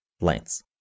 lengths